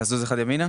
לזוז אחד ימינה?